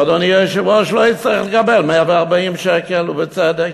אדוני היושב-ראש, לא יצטרך לקבל 140 שקל, ובצדק.